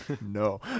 No